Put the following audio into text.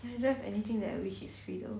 I don't have anything that I wish is free though